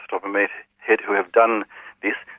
top of my head, who have done this,